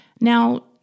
Now